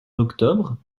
octobre